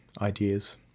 ideas